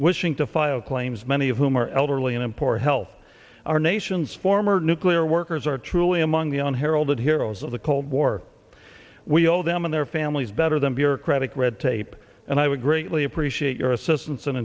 wishing to file claims many of whom are elderly and import health our nation's former nuclear workers are truly among the unheralded heroes of the cold war we owe them and their families better than bureaucratic red tape and i would greatly appreciate your assistance in